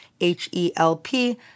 H-E-L-P